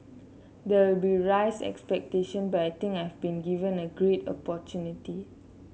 there will be raised expectation but I think I have been given a great opportunity